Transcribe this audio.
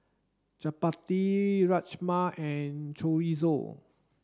Chapati You Rajma and Chorizo